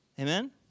Amen